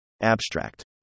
Abstract